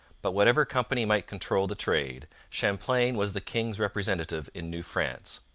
but whatever company might control the trade, champlain was the king's representative in new france.